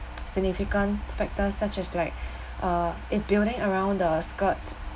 significant factors such as like uh it building around the skirt